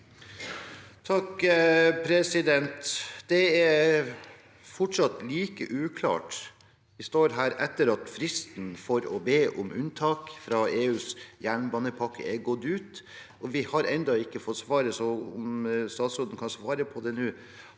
(R) Det er fortsatt like uklart. Vi står her etter at fristen for å be om unntak fra EUs jernbanepakke er gått ut, og vi har ennå ikke fått svar. Kan statsråden svare på det nå?